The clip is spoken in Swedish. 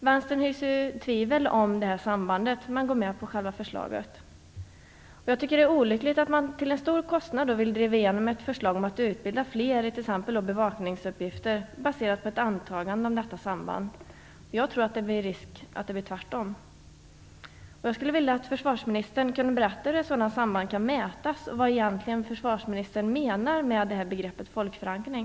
Vänstern hyser ju tvivel om det här sambandet, men går med på själva förslaget. Jag tycker att det är olyckligt att man till en stor kostnad vill driva igenom ett förslag om att utbilda fler i t.ex. bevakningsuppgifter baserat på ett antagande om detta samband. Jag tror att det finns risk för att det blir tvärtom. Jag skulle vilja att försvarsministern berättar hur ett sådant samband kan mätas och vad försvarsministern egentligen menar med begreppet folkförankring.